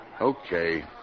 Okay